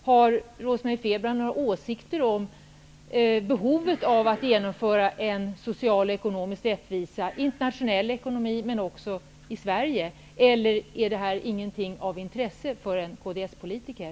Har Rose-Marie Frebran några åsikter om behovet av att genomföra en social och ekonomisk rättvisa i den internationella ekonomin samt också i Sverige, eller är detta inte något av intresse för en kds-politiker?